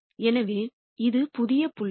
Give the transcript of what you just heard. எனவே இது புதிய புள்ளி 0